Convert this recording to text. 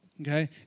Okay